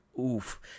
Oof